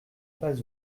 pas